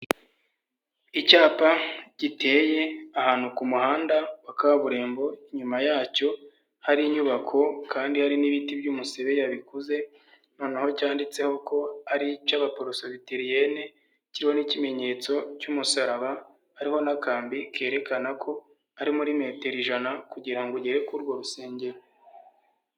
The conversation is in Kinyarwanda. Icyapa giteye ahantu ku muhanda wa kaburimbo, inyuma yacyo hari inyubako kandi hari n'ibiti by'umusebeyabikuze, noneho cyanditseho ko ari icy'aba PRESBYTERIENNE, kiriho n' ikimenyetso cy'umusaraba, hariho n'akambi kerekana ko ari muri metero ijana, kugirango ugere kuri urwo rusengero.